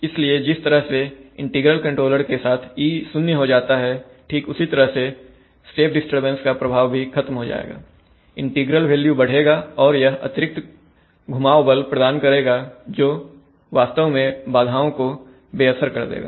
इसलिए जिस तरह से इंटीग्रल कंट्रोलर के साथ e 0 हो जाता है ठीक उसी तरह स्टेप डिस्टरबेंस का प्रभाव भी खत्म हो जाएगा इंटीग्रल वैल्यू बढ़ेगा और यह अतिरिक्त घुमाव बल प्रदान करेगा जो वास्तव में बाधाओं को बेअसर कर देगा